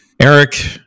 Eric